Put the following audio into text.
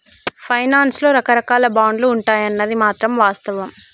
finance లో రకరాకాల బాండ్లు ఉంటాయన్నది మాత్రం వాస్తవం